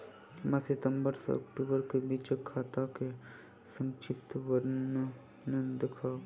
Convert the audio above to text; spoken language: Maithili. हमरा सितम्बर सँ अक्टूबर केँ बीचक खाता केँ संक्षिप्त विवरण देखाऊ?